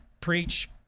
Preach